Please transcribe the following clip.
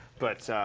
but